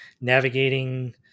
navigating